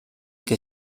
que